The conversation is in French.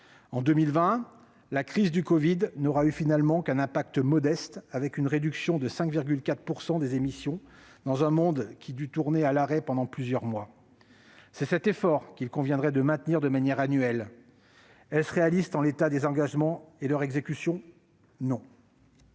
En 2020, la crise du covid-19 n'aura finalement eu qu'un impact modeste, moyennant une réduction de 5,4 % des émissions de CO2 dans un monde qui a dû rester à l'arrêt pendant plusieurs mois. C'est cet effort qu'il conviendrait de maintenir de manière annuelle. Est-ce réaliste en l'état actuel des engagements et de leur exécution ? Non.